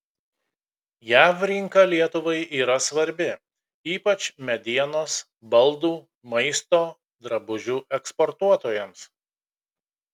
jav rinka lietuvai yra svarbi ypač medienos baldų maisto drabužių eksportuotojams